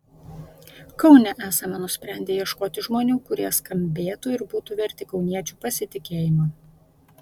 kaune esame nusprendę ieškoti žmonių kurie skambėtų ir būtų verti kauniečių pasitikėjimo